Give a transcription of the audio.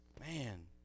Man